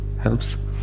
helps